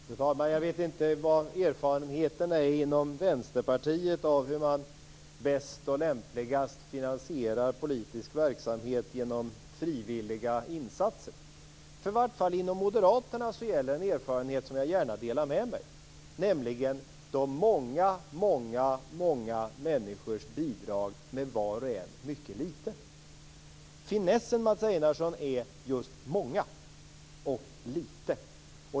Fru talman! Jag vet inte vad erfarenheterna är inom Vänsterpartiet av hur man bäst och lämpligast finansierar politisk verksamhet genom frivilliga insatser. I vart fall inom Moderaterna gäller en erfarenhet som jag gärna delar med mig, nämligen de många människors bidrag med var och en mycket lite. Finessen, Mats Einarsson, är just många och lite.